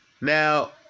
Now